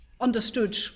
understood